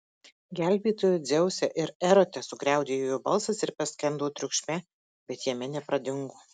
gelbėtojau dzeuse ir erote sugriaudėjo jo balsas ir paskendo triukšme bet jame nepradingo